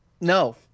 no